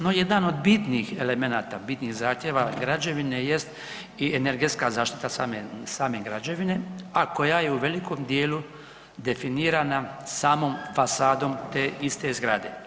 No jedan od bitnih elemenata, bitnih zahtjeva građevine jest i energetska zaštita same, same građevine, a koja je u velikom dijelu definirana samom fasadom te iste zgrade.